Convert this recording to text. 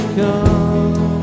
come